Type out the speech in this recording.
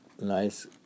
nice